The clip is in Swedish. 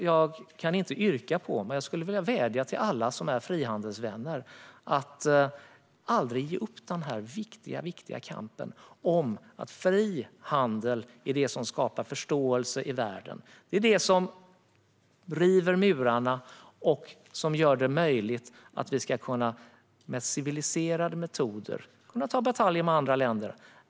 Jag kan inte yrka på men skulle vilja vädja till alla frihandelsvänner att aldrig ge upp den viktiga kampen om att fri handel är vad som skapar förståelse i världen. Det är vad som river murar och som gör det möjligt att vi med civiliserade metoder kan ta bataljer med andra länder.